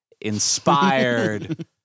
Inspired